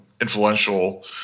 influential